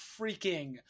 freaking